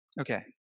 Okay